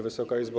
Wysoka Izbo!